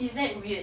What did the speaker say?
is that weird